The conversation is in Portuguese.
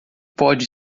pode